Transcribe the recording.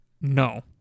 no